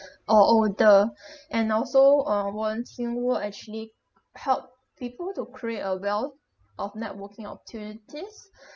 or older and also uh volunteering work actually help people to create a wealth of networking opportunities